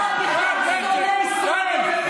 אתה בכלל שונא ישראל.